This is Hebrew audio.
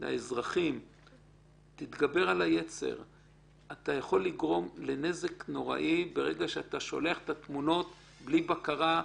כי אתה יכול לגרום לנזק נוראי ברגע שאתה שולח את התמונות בלי בקרה.